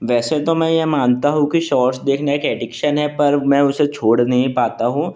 वैसे तो मैं यह मानता हूँ कि शौर्टस देखना एक एडिक्शन है पर मैं उसे छोड़ नहीं पाता हूँ